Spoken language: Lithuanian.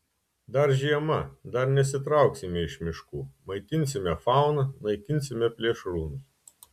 dar žiema dar nesitrauksime iš miškų maitinsime fauną naikinsime plėšrūnus